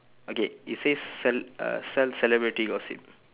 okay it says cel~ uh sell celebrity gossip